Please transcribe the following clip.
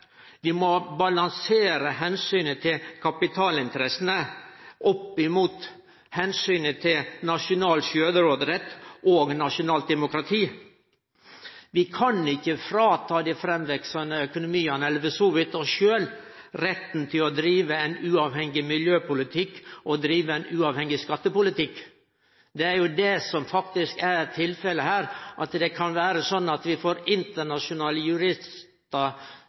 Vi må balansere omsynet til kapitalinteressene opp mot omsynet til nasjonal sjølvråderett og nasjonalt demokrati. Vi kan ikkje fråta dei framveksande økonomiane – eller oss sjølve – retten til å drive ein uavhengig miljøpolitikk og ein uavhengig skattepolitikk. Det er det som faktisk er tilfellet her. Vi kan få internasjonale juristar, som ikkje har noko forankring i nokon nasjonalstat, som skal overprøve om vi